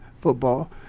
football